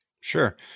Sure